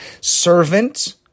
servant